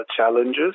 challenges